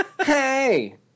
Hey